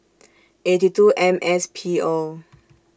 eighty two M S P O